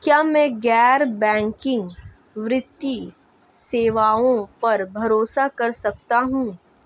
क्या मैं गैर बैंकिंग वित्तीय सेवाओं पर भरोसा कर सकता हूं?